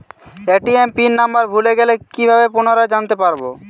ATM pin number ভুলে গেলে কি ভাবে পুনরায় জানতে পারবো?